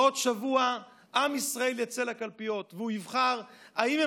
בעוד שבוע עם ישראל יצא לקלפיות והוא יבחר אם הוא